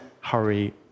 hurry